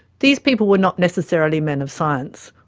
these people were not necessarily men of science,